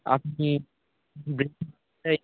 আপনি ব্রেক সিস্টেমটা এক